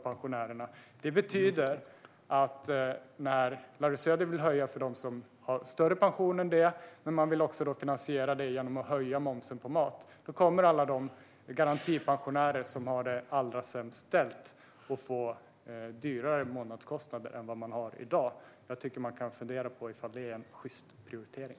Larry Söder vill sänka skatten för dem som har högre pensioner än så och vill finansiera det genom att höja momsen på mat. Det betyder att alla garantipensionärer, som har det allra sämst ställt, kommer att få högre månadskostnader än vad de har i dag. Jag tycker att man kan fundera på om det är en sjyst prioritering.